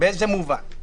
באיזה מובן?